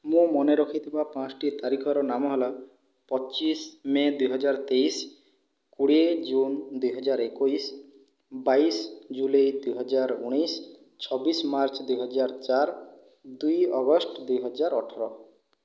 ମୁଁ ମନେ ରଖିଥିବା ପାଞ୍ଚଟି ତାରିଖର ନାମ ହେଲା ପଚିଶ ମେ' ଦୁଇହଜାର ତେଇଶ କୋଡ଼ିଏ ଜୁନ୍ ଦୁଇହଜାର ଏକୋଇଶ ବାଇଶି ଜୁଲାଇ ଦୁଇହଜାର ଉଣେଇଶ ଛବିଶ ମାର୍ଚ୍ଚ ଦୁଇହଜାର ଚାରି ଦୁଇ ଅଗଷ୍ଟ ଦୁଇହଜାର ଅଠର